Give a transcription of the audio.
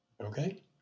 Okay